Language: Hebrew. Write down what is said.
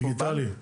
דיגיטלי.